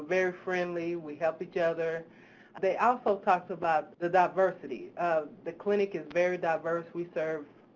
very friendly, we help each other. they also talked about the diversity of, the clinic is very diverse, we serve